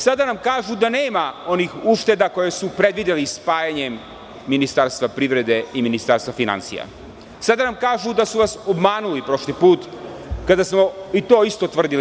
Sada nam kažu da nema onih ušteda koje su predvideli spajanje Ministarstva privrede i Ministarstva finansija, sada nam kažu da su nas obmanuli prošli put kada smo to isto i mi tvrdili.